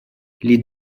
les